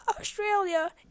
Australia